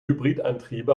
hybridantriebe